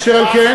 אשר על כן,